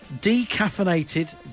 decaffeinated